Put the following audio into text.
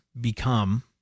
become